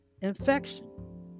infection